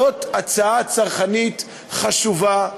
זו הצעה צרכנית חשובה,